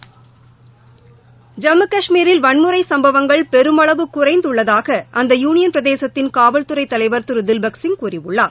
ஐம்மு கஷ்மீரில் வன்முறை சம்பவங்கள் பெருமளவு குறைந்துள்ளதாக அந்த யுனியன் பிரதேசத்தின் காவல்துறை தலைவர் திரு தில்பக்சிங் கூறியுள்ளார்